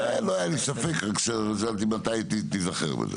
זה לא היה לי ספק, רק שאלתי מתי תיזכר בזה.